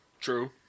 True